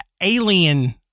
alien